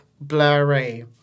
blurry